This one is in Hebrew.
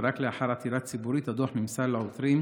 ורק לאחר עתירה ציבורית הדוח נמסר לעותרים,